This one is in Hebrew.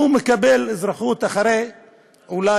הוא מקבל אזרחות אולי